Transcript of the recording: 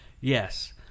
yes